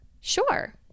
sure